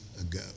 ago